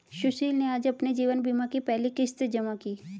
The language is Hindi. सुशील ने आज अपने जीवन बीमा की पहली किश्त जमा की